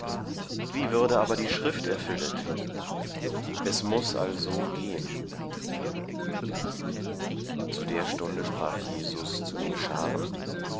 wie würde aber die schrift erfüllet es muß also gehen zu der stunde sprach jesus zu den scharen